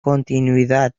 continuidad